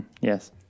Yes